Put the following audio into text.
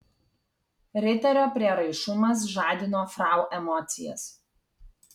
riterio prieraišumas žadino frau emocijas